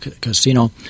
casino